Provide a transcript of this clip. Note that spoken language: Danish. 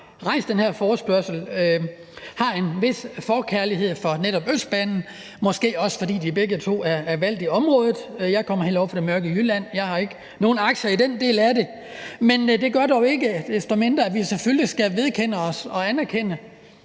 rejst den her forespørgsel, har en vis forkærlighed for netop Østbanen, måske også fordi de begge to er valgt i området – jeg kommer helt ovre fra det mørke Jylland, og jeg har ikke nogen aktier i den del af det – men det gør dog ikke desto mindre, at vi selvfølgelig skal vedkende os og anerkende,